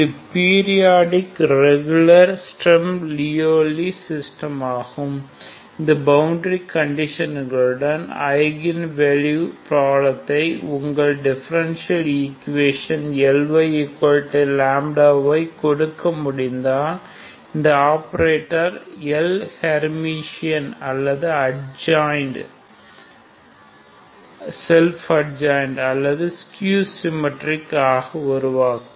இது periodic regular Sturm Liouville சிஸ்டமாகும் இந்த பவுண்டரி கண்டிஷன்களுடன் ஐகன் வெலுவ் பிராப்ளத்தை உங்கள் டிஃபரென்ஷியல் ஈக்குவேஷனுக்கு Lyλy கொடுக்க முடிந்தால் இந்த ஆப்பரேட்டர் L ஹேர்மிஷன் அல்லது அட்ஜாயின்ட் அல்லது ஸ்கியூ சிம்மெட்ரிக் ஆக உருவாக்கும்